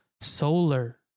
solar